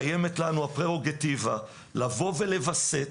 קיימת לנו הפררוגטיבה לבוא ולווסת